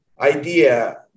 idea